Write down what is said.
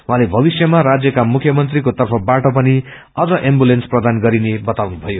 उहाँले भविष्यमा राज्यका मुख्यमन्त्रीलको तर्फबाट पनि अझ एम्बुलेन्स प्रदान गरिने बताउनुभयो